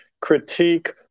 critique